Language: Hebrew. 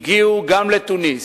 הגיעו גם לתוניס,